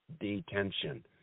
Detention